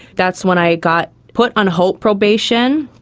that's when i got put on hope probation,